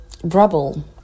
brabble